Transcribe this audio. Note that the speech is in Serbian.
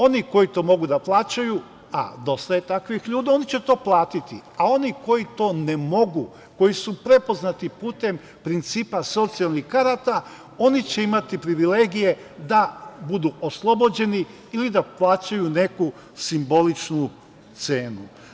Oni koji to mogu da plaćaju, a dosta je takvih ljudi, oni će to platiti, a oni koji to ne mogu, koji su prepoznati putem principa socijalnih karata, oni će imati privilegije da budu oslobođeni ili da plaćaju neku simboličnu cenu.